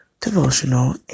devotional